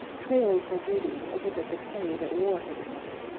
trailing her beauty over the decay that war had made,